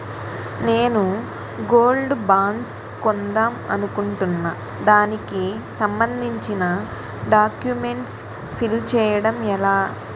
నేను gold bonds కొందాం అనుకుంటున్నా దానికి సంబందించిన డాక్యుమెంట్స్ ఫిల్ చేయడం ఎలా?